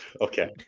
okay